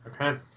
Okay